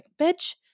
Bitch